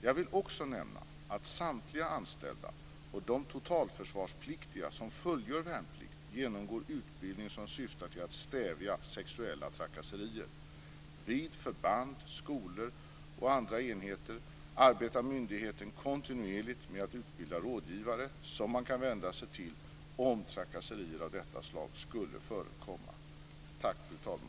Jag vill också nämna att samtliga anställda och de totalförsvarspliktiga som fullgör värnplikt genomgår utbildning som syftar till att stävja sexuella trakasserier. Vid förband, skolor och andra enheter arbetar myndigheten kontinuerligt med att utbilda rådgivare som man kan vända sig till, om trakasserier av detta slag skulle förekomma.